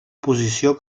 posició